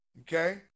Okay